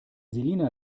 selina